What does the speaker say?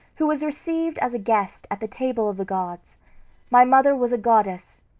who was received as a guest at the table of the gods my mother was a goddess.